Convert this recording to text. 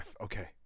Okay